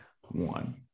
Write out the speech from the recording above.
One